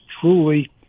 truly